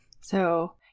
So-